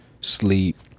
Sleep